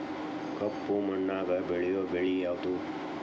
ಕಪ್ಪು ಮಣ್ಣಾಗ ಬೆಳೆಯೋ ಬೆಳಿ ಯಾವುದು?